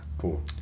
Cool